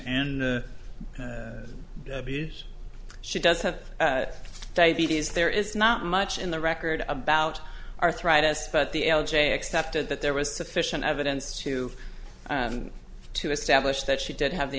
and the abuse she does have diabetes there is not much in the record about arthritis but the l j accepted that there was sufficient evidence to to establish that she did have the